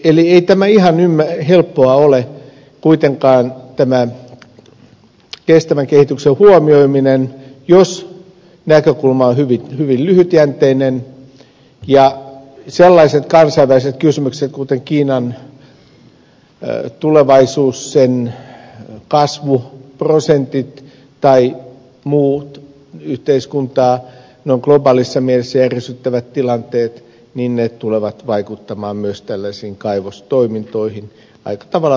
eli ei ole kuitenkaan ihan helppoa tämä kestävän kehityksen huomioiminen jos näkökulma on hyvin lyhytjänteinen ja sellaiset kansainväliset kysymykset kuten kiinan tulevaisuus sen kasvuprosentit tai muut yhteiskuntaa noin globaalissa mielessä järisyttävät tilanteet tulevat vaikuttamaan myös tällaisiin kaivostoimintoihin aika tavalla välittömästi